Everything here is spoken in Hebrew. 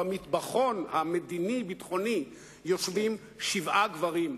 במטבחון המדיני-הביטחוני יושבים שבעה גברים,